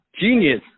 genius